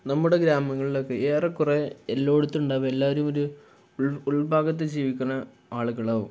നമ്മുടെ ഗ്രാമങ്ങളിലൊക്കെ ഏറെക്കുറേ എല്ലായിടത്തുമുണ്ടാവും എല്ലാവരും ഒരു ഉള്ഭാഗത്തു ജീവിക്കുന്ന ആളുകളാവും